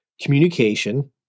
communication